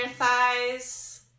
thighs